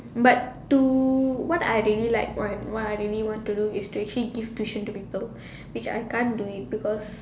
but to what I really like want what I really want to do is to actually give tuition to people which I can't do it because